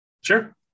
sure